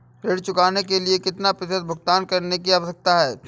ऋण चुकाने के लिए कितना प्रतिशत भुगतान करने की आवश्यकता है?